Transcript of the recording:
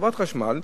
חברת החשמל,